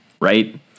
right